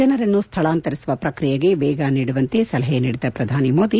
ಜನರನ್ನು ಸ್ಥಳಾಂತರಿಸುವ ಪ್ರಕ್ರಿಯೆಗೆ ವೇಗ ನೀಡುವಂತೆ ಸಲಹೆ ನೀಡಿದ ಪ್ರಧಾನಿ ಮೋದಿ